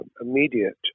immediate